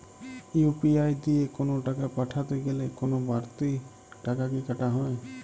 UPI দিয়ে কোন টাকা পাঠাতে গেলে কোন বারতি টাকা কি কাটা হয়?